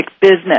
business